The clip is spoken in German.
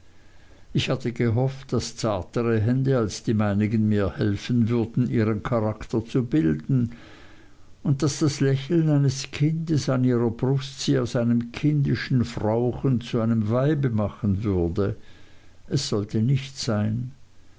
ich hatte gehofft daß zartere hände als die meinigen mir helfen würden ihren charakter zu bilden und daß das lächeln eines kindes an ihrer brust sie aus einem kindischen frauchen zu einem weibe machen würde es sollte nicht sein